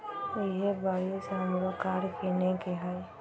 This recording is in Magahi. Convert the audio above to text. इहे बरिस हमरो कार किनए के हइ